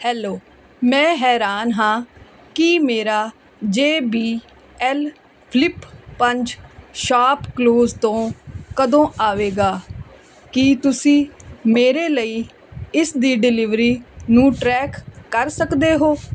hello ਮੈਂ ਹੈਰਾਨ ਹਾਂ ਕਿ ਮੇਰਾ ਜੇ ਬੀ ਐਲ ਫਲਿੱਪ ਪੰਜ ਸ਼ਾਪਕਲੂਜ਼ ਤੋਂ ਕਦੋਂ ਆਵੇਗਾ ਕੀ ਤੁਸੀਂ ਮੇਰੇ ਲਈ ਇਸ ਦੀ ਡਿਲਿਵਰੀ ਨੂੰ ਟਰੈਕ ਕਰ ਸਕਦੇ ਹੋ